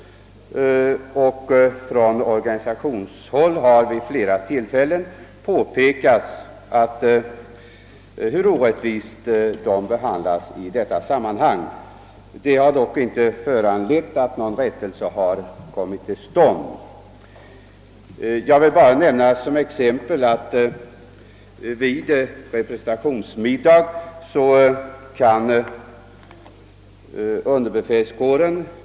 Från organisationshåll har vid flera tillfällen påpekats hur orättvist denna kår behandlas i detta sammanhang. Någon rättelse har dock inte kommit till stånd. Som exempel vill jag nämna att underbefälskåren vid representationsmiddag kan erhålla kr.